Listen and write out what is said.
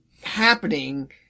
happening